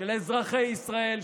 של אזרחי ישראל,